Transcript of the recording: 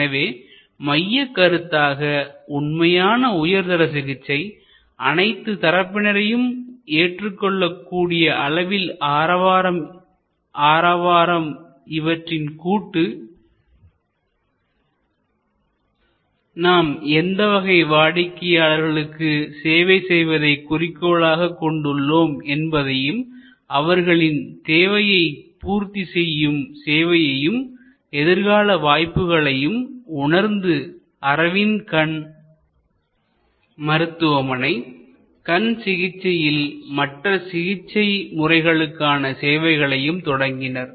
எனவே மையக்கருத்தாக உண்மையான உயர்தர சிகிச்சை அனைத்து தரப்பினரையும் ஏற்றுக்கொள்ள கூடிய அளவில் ஆரவாரம் இவற்றின் கூட்டு நாம் எந்த வகை வாடிக்கையாளர்களுக்கு சேவை செய்வதை குறிக்கோளாகக் கொண்டு உள்ளோம் என்பதையும் அவர்களின் தேவையை பூர்த்தி செய்யும் சேவையையும்எதிர்கால வாய்ப்புகளையும் உணர்ந்து அரவிந்த் கண் மருத்துவமனை கண் சிகிச்சையில் மற்ற சிகிச்சை முறைகளுக்கான சேவைகளையும் தொடங்கினர்